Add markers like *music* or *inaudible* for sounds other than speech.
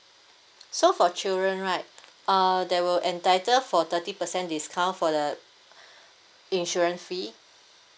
so for children right uh there will entitle for thirty percent discount for the *breath* insurance fee